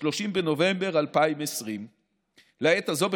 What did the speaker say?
30 בנובמבר 2020. לעת הזאת,